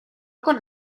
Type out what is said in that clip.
con